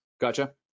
Gotcha